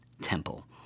temple